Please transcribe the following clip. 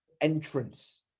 entrance